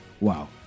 wow